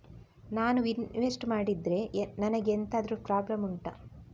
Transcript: ನಾನು ಇನ್ವೆಸ್ಟ್ ಮಾಡಿದ್ರೆ ನನಗೆ ಎಂತಾದ್ರು ಪ್ರಾಬ್ಲಮ್ ಉಂಟಾ